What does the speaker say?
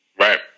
Right